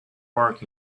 park